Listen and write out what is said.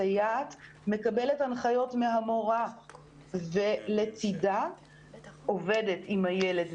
הסייעת מקבלת הנחיות מהמורה שעובדת לצידה עם הילד,